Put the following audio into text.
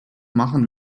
machen